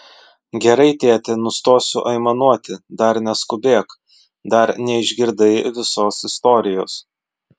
gerai tėti nustosiu aimanuoti dar neskubėk dar neišgirdai visos istorijos